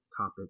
topic